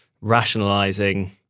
rationalizing